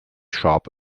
sharp